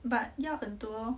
but 要很多